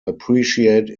appreciate